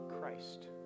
Christ